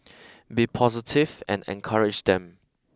be positive and encourage them